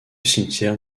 cimetière